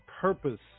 purpose